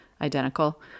identical